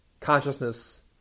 consciousness